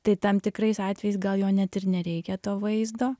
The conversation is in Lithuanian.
tai tam tikrais atvejais gal jo net ir nereikia to vaizdo